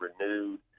renewed